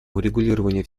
урегулированию